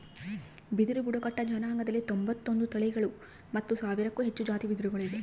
ಬಿದಿರು ಬುಡಕಟ್ಟು ಜನಾಂಗದಲ್ಲಿ ತೊಂಬತ್ತೊಂದು ತಳಿಗಳು ಮತ್ತು ಸಾವಿರಕ್ಕೂ ಹೆಚ್ಚು ಜಾತಿ ಬಿದಿರುಗಳು ಇವೆ